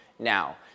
Now